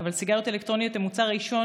אבל סיגריות אלקטרוניות הן מוצר העישון